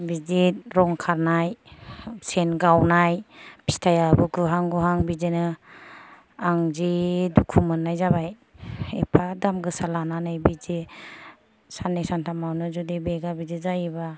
बिदि रं खारनाय सेन गावनाय फिथायाबो गुहां गुहां बिदिनो आं जि दुखु मोननाय जाबाय एफा दाम गोसा लानानै बिदि साननै सानथामावनो जुदि बेगा बिदि जायोबा